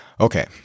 Okay